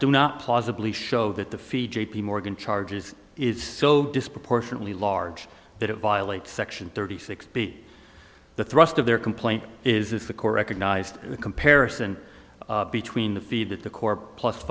do not plausibly show that the fee j p morgan charges is so disproportionately large that it violates section thirty six b the thrust of their complaint is the core recognized the comparison between the fee that the core plus